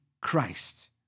Christ